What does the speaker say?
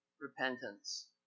repentance